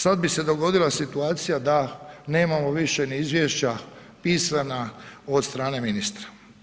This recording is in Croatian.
Sad bi se dogodila situacija da nemamo više ni izvješća pisana od strane ministra.